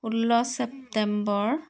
ষোল্ল ছেপ্টেম্বৰ